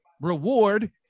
Reward